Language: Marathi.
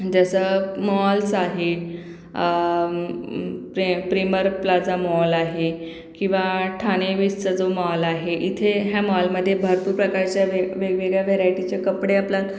जसं मॉल्स आहे प्रे प्रिमर प्लाजा मॉल आहे किंवा ठाणे वेस्सचा जो मॉल आहे इथे ह्या मॉलमधे भरपूर प्रकारच्या वेग वेगवेगळ्या व्हेरायटीचे कपडे आपला